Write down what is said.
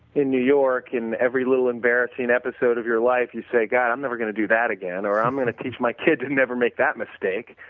in new york and every little embarrassing episode of your life you say, god, i'm never going to do that again, or i'm going to teach my kid to never make that mistake.